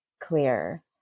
clear